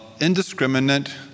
indiscriminate